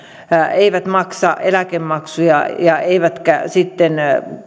eivät maksa eläkemaksuja eivätkä